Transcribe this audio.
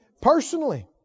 Personally